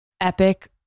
epic